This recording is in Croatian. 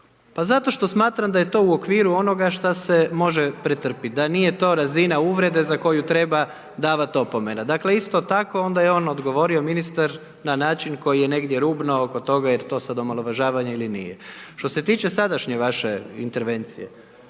Pa zato što smatram da je to u okviru onoga šta se može pretrpjeti, da nije to razina uvrede za koju treba davat opomenu. Dakle isto tako onda je on odgovorio, ministar, na način koji je negdje rubno oko toga je li to sad omalovažavanje ili nije. Štose tiče sadašnje vaše intervencije,